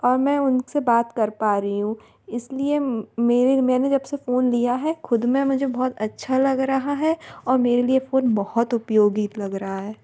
और मैं उन से बात कर पा री हूँ इस लिए मेरे मैंने जब से फ़ोन लिया है ख़ुद में मुझे बहुत अच्छा लग रहा है और मेरे लिए फ़ोन बहुत उपयोगी लग रा है